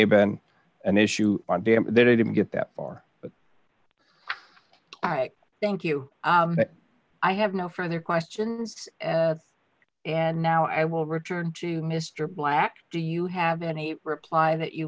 have been an issue they didn't get that far but i thank you i have no further questions and now i will return to mr black do you have any reply that you